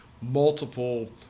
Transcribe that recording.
multiple